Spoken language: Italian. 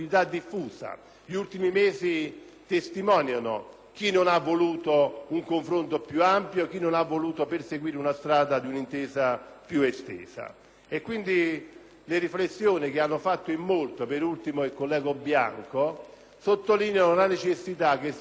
chi non ha voluto un confronto più ampio, chi non ha voluto perseguire la strada di un'intesa più estesa. Pertanto, le riflessioni che hanno fatto in molti, da ultimo il senatore Bianco, sottolineano la necessità che sulle dinamiche e sui modelli elettorali